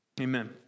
Amen